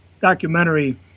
documentary